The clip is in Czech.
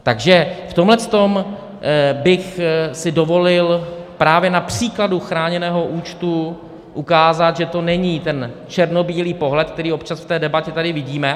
Takže v tomhle bych si dovolil právě na příkladu chráněného účtu ukázat, že to není ten černobílý pohled, který občas v té debatě tady vidíme.